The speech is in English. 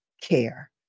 care